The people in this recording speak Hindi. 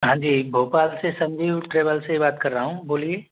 हाँ जी भोपाल से संजीव ट्रेवल्स से बात कर रहा हूँ बोलिये